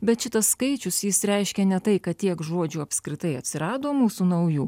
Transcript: bet šitas skaičius jis reiškia ne tai kad tiek žodžių apskritai atsirado mūsų naujų